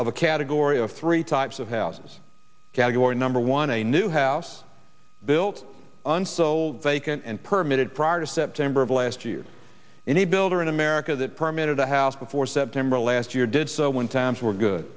a category of three types of houses category number one a new house built and sold vacant and permitted prior to september of last year in a builder in america that permitted a house before september last year did so when times were good